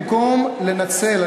במקום לנצל,